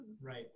Right